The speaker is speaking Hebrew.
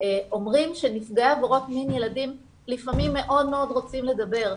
אומרים שילדים נפגעי עבירות מין לפעמים מאוד מאוד רוצים לדבר,